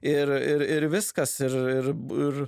ir ir ir viskas ir ir ir